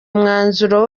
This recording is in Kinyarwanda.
umwanzuro